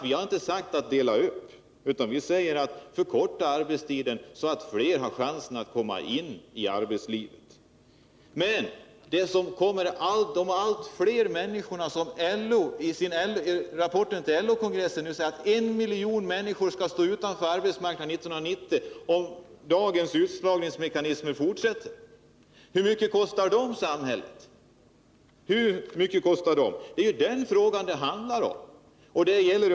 Vi har inte talat om att dela upp arbetena, utan vi har sagt: Förkorta arbetstiden, så att fler har chansen att komma in i arbetslivet. I rapporten till LO-kongressen står det att en miljon människor kommer att stå utanför arbetsmarknaden 1990, om dagens utslagningsmekanismer fortsätter att verka. Hur mycket kostar de samhället?